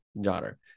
daughter